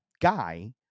guy